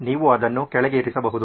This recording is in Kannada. ನೀವು ಅದನ್ನು ಕೆಳಗೆ ಇರಿಸಬಹುದು